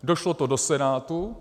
Došlo to do Senátu.